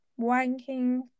wanking